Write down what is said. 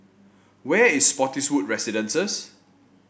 where is Spottiswoode Residences